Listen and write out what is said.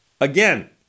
Again